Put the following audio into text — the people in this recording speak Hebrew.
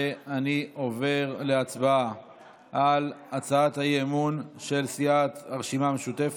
אני עובר להצבעה על הצעת האי-אמון של סיעת הרשימה המשותפת,